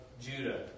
Judah